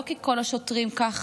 לא כי כל השוטרים ככה,